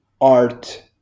art